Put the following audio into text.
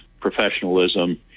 professionalism